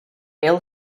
ill